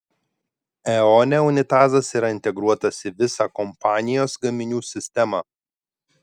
eone unitazas yra integruotas į visą kompanijos gaminių sistemą